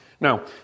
Now